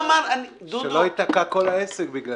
שלא ייתקע כל העסק בגלל זה.